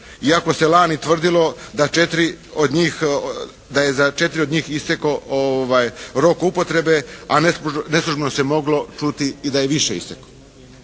iako se lani tvrdilo da je za četiri od njih istekao rok upotrebe a neslužbeno se moglo čuti i da je više isteklo.